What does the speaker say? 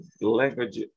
language